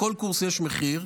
לכל קורס יש מחיר,